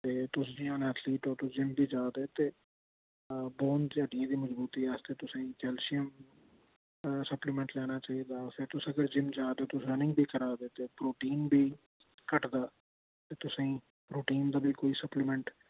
एह् तुस जियां हून एथलेटिक्स ओ तुस जिम बी जा दे ते बोन च हड्डियें दी मजबूती आस्तै तुसेंई कैल्शियम सप्लीमेंट लैने चाहिदा ते जे तुस अगर जिम जा दे रनिंग बी करा दे ते प्रोटीन बी घटदा ते तुसेंईं प्रोटीन दा बी कोई सप्लीमेंट